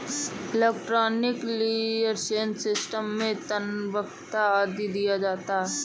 electronic clearance system से तनख्वा आदि दिया जाता है